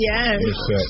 Yes